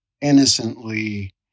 innocently